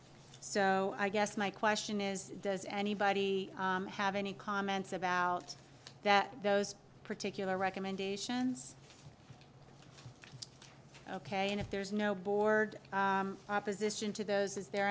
so i guess my question is does anybody have any comments about that those particular recommendations ok and if there's no board opposition to those is there